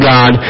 God